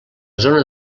zona